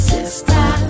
Sister